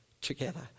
together